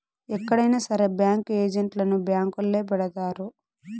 ఎక్కడైనా సరే బ్యాంకు ఏజెంట్లను బ్యాంకొల్లే పెడతారు